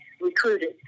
recruited